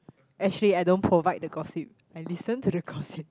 actually I don't provide the gossip I listen to the gossip